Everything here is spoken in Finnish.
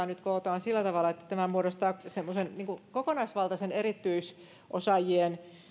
nyt ensimmäistä kertaa sillä tavalla että se muodostaa semmoisen kokonaisvaltaisen erityisosaajien